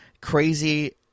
crazy